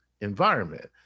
environment